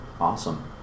Awesome